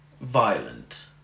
violent